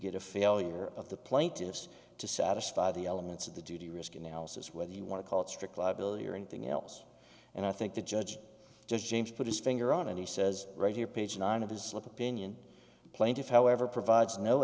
get a failure of the plaintiffs to satisfy the elements of the do d risk analysis whether you want to call it strict liability or anything else and i think the judge just james put his finger on and he says right here page nine of his slip opinion plaintiff however provides no